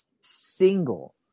single